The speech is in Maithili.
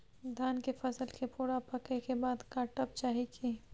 धान के फसल के पूरा पकै के बाद काटब चाही की?